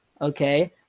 Okay